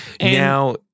Now